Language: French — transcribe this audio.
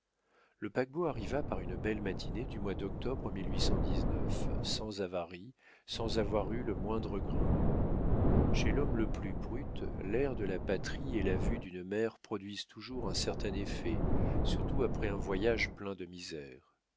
le paquebot arriva par une belle matinée du mois d'octobre sans avaries sans avoir eu le moindre grain chez l'homme le plus brute l'air de la patrie et la vue d'une mère produisent toujours un certain effet surtout après un voyage plein de misères